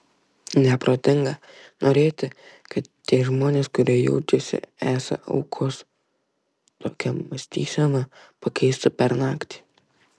neprotinga norėti kad tie žmonės kurie jaučiasi esą aukos tokią mąstyseną pakeistų per naktį